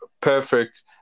perfect